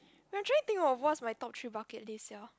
I'm trying think of what's my top three bucket list sia